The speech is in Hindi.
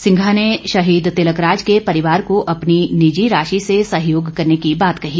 सिंघा ने शहीद तिलक राज के परिवार को अपनी निजी राशि से सहयोग करने की बात कही